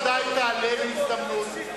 אתה ודאי תעלה בהזדמנות.